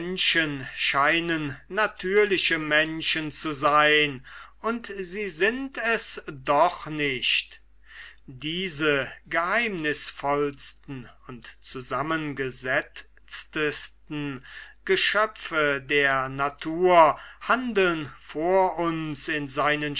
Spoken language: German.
scheinen natürliche menschen zu sein und sie sind es doch nicht diese geheimnisvollsten und zusammengesetztesten geschöpfe der natur handeln vor uns in seinen